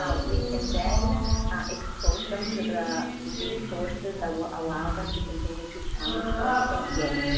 ah we can then expose them to the resources that will allow them to continue to challenge their thinking.